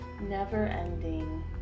never-ending